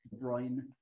brain